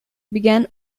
began